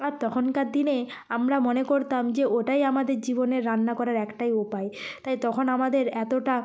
আর তখনকার দিনে আমরা মনে করতাম যে ওটাই আমাদের জীবনের রান্না করার একটাই উপায় তাই তখন আমাদের এতটা